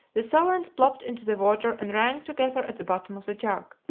the sovereigns plopped into the water and rang together at the bottom of the jug.